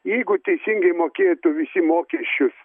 jeigu teisingai mokėtų visi mokesčius